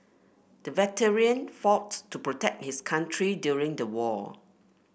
the veteran fought to protect his country during the war